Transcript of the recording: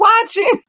watching